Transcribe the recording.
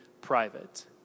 private